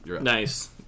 Nice